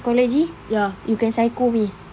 psychology you can psycho me